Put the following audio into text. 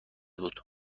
بود